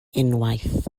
unwaith